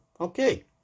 Okay